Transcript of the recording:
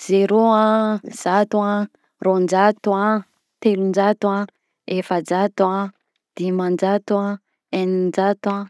Zero a, zato a, roanjato a, telonjato a, efajato a, dimanjato a, eninjato a,